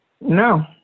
No